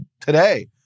today